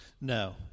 no